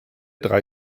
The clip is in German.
drei